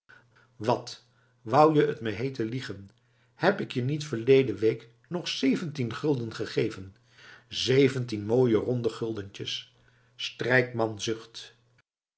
wat wou jij t me heeten liegen heb ik je niet verleden week nog zeventien gulden gegeven zeventien mooie ronde guldentjes strijkman zucht